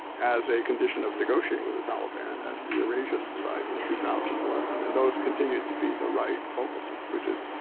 as a condition of negotiating with the taliban at the regis society in two thousand and eleven and those continue to be the right focuses, which is